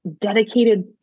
dedicated